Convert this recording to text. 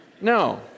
no